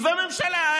משמאל לא סוחטים אותנו.